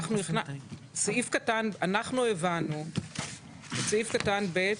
הבנו בסעיף קטן (ב)